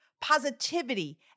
positivity